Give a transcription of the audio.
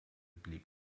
blieb